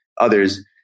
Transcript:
others